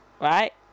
right